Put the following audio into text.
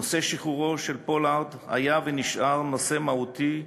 נושא שחרורו של פולארד היה ונשאר נושא מהותי,